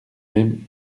même